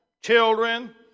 children